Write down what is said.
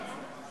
היום.